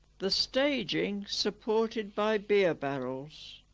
the staging supported by beer barrels